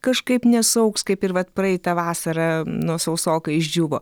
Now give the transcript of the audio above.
kažkaip nesuaugs kaip ir vat praeitą vasarą nu sausoka išdžiūvo